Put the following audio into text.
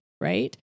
right